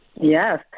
Yes